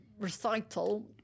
recital